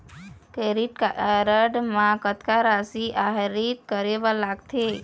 Credit card म कतक राशि आहरित करे बर लगथे?